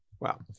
Wow